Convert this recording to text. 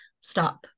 stop